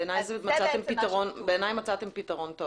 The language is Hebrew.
בעיניי מצאתם פתרון טוב.